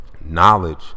knowledge